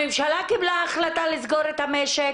הממשלה קיבלה החלטה לסגור את המשק,